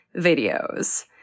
videos